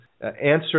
answer